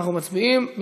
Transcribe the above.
אנחנו מצביעים.